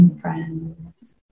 friends